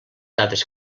dades